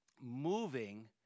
moving